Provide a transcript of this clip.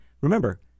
remember